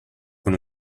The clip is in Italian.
con